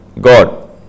God